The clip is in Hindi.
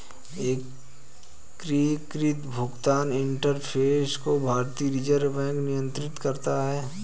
एकीकृत भुगतान इंटरफ़ेस को भारतीय रिजर्व बैंक नियंत्रित करता है